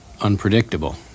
unpredictable